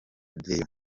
deo